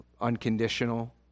unconditional